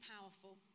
powerful